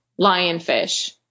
lionfish